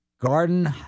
Garden